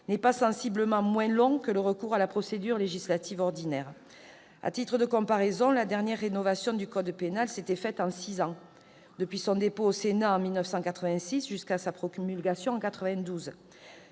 n'est pas sensiblement moins long que le recours à la procédure législative ordinaire. À titre de comparaison, sachez que la dernière rénovation du code pénal s'était faite en six ans, depuis son dépôt au Sénat, en 1986, jusqu'à sa promulgation en 1992,